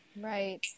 Right